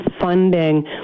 funding